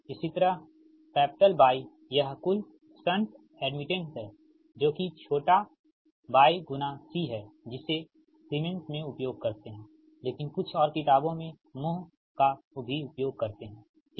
इसी तरह Y यह कुल शंट एडमिटेंस है जो कि छोटा y गुना c है जिसे सीमेंस में उपयोग करते हैं लेकिन कुछ और किताबों में मोह का भी उपयोग करते है ठीक है